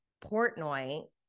Portnoy